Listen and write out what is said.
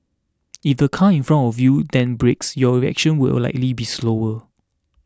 if the car in front of you then brakes your reaction will likely be slower